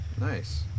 Nice